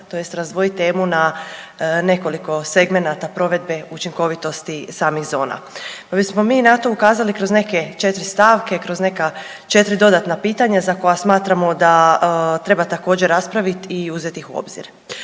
tj. razdvojit temu na nekoliko segmenata provedbe učinkovitosti samih zona. Pa bismo mi na to ukazali kroz neke četiri stavke, kroz neka četiri dodatna pitanja za koja smatramo da treba također raspravit i uzetih ih u obzir.